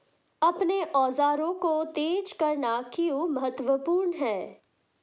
अपने औजारों को तेज करना क्यों महत्वपूर्ण है?